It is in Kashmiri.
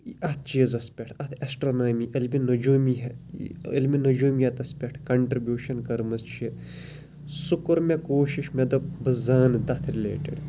اتھ چیٖزَس پٮ۪ٹھ اتھ ایٚسٹرونامی پٮ۪ٹھ اتھ علمِ نجوٗمی علمِ نجوٗمیَتَس پٮ۪ٹھ کَنٹرِبیٚوشَن کٔرمٕژ چھِ سُہ کوٚر مےٚ کوٗشِش مےٚ دۄپ بہٕ زانہٕ تَتھ رِلیٹِڈ